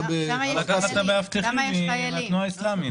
אפשר מאבטחים מהתנועה האסלאמית.